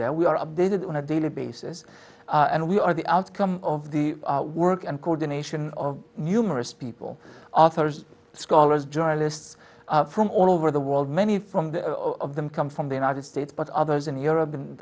today we are updated on a daily basis and we are the outcome of the work and coordination of numerous people authors scholars journalists from all over the world many from the of them come from the united states but others in europe